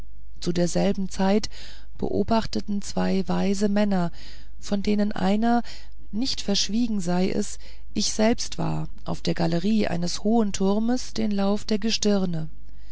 zu derselben zeit beobachteten zwei weise männer von denen einer nicht verschwiegen sei es ich selbst war auf der galerie eines hohen turmes den lauf der gestirne